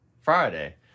Friday